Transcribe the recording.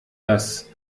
dass